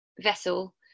vessel